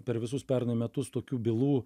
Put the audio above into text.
per visus pernai metus tokių bylų